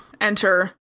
Enter